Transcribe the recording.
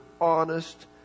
honest